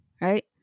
right